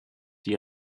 die